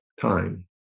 time